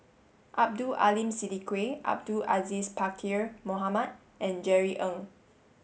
Abdul Aleem Siddique Abdul Aziz Pakkeer Mohamed and Jerry Ng